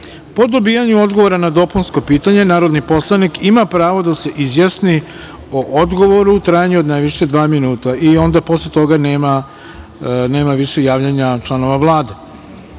po dobijanju odgovora na dopunsko pitanje, narodni poslanik ima pravo da se izjasni o odgovoru u trajanju od najviše dva minuta i onda posle toga nema više javljanja članova Vlade;